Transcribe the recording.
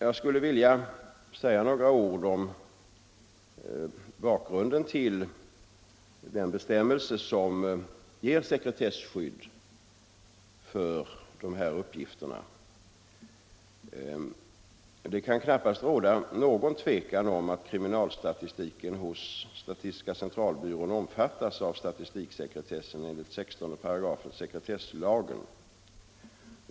Jag skulle vilja säga några ord om bakgrunden till den bestämmelse som ger sekretesskydd för uppgifter ur kriminaloch polisregister. Det kan knappast råda något tvivel om att kriminalstatistiken hos statistiska centralbyrån omfattas av statistiksekretessen enligt 16 § sekretesslagen.